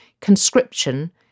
conscription